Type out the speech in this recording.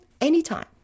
anytime